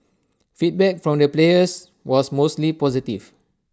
feedback from the players was mostly positive